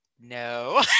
no